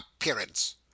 appearance